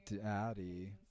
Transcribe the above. daddy